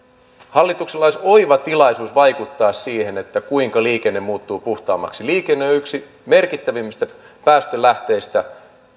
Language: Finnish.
hallituksella olisi oiva tilaisuus vaikuttaa siihen kuinka liikenne muuttuu puhtaammaksi liikenne on yksi merkittävimmistä päästölähteistä